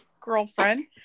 girlfriend